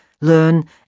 learn